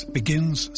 begins